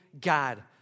God